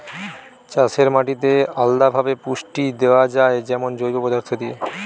চাষের মাটিতে আলদা ভাবে পুষ্টি দেয়া যায় যেমন জৈব পদার্থ দিয়ে